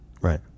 Right